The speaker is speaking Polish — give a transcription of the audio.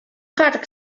kark